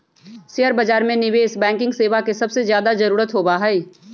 share बाजार में निवेश बैंकिंग सेवा के सबसे ज्यादा जरूरत होबा हई